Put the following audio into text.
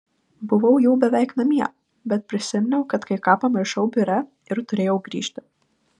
buvau jau beveik namie bet prisiminiau kad kai ką pamiršau biure ir turėjau grįžti